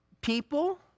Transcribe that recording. people